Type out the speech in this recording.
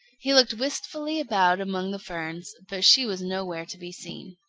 he looked wistfully about among the ferns, but she was nowhere to be seen.